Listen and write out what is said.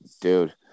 dude